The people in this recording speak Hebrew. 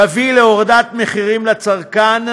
תביא להורדת מחירים לצרכן,